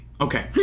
Okay